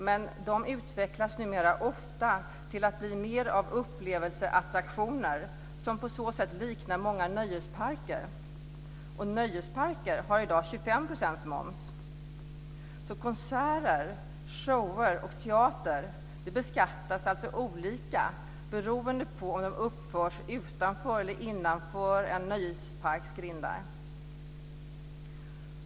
Men de utvecklas numera ofta till att bli mer av upplevelseattraktioner, och på så sätt liknar de mer nöjesparker. Nöjesparker har i dag 25 % moms. Konserter, shower och teater beskattas olika beroende på om de uppförs utanför eller innanför en nöjesparks grindar.